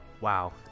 wow